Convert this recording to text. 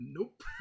Nope